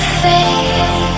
faith